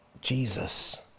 Jesus